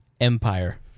Empire